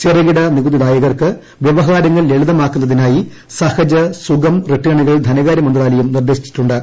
ചെറുകിട നികുതിദായകർക്ക് വ്യവഹാരങ്ങൾ ലളിതമാക്കുന്നതിനായി സഹജ് സുഗം റിട്ടേണുകൾ ധനകാര്യ മന്ത്രാലയം നിർദ്ദേശിച്ചിട്ടു ്